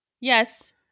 Yes